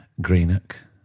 Greenock